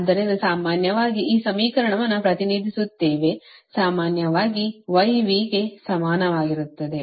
ಆದ್ದರಿಂದ ಸಾಮಾನ್ಯವಾಗಿ ಈ ಸಮೀಕರಣವನ್ನು ಪ್ರತಿನಿಧಿಸುತ್ತೇವೆ ಸಾಮಾನ್ಯವಾಗಿ y V ಗೆ ಸಮಾನವಾಗಿರುತ್ತದೆ